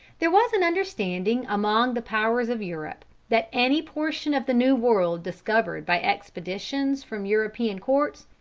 there was an understanding among the powers of europe, that any portion of the new world discovered by expeditions from european courts,